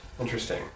Interesting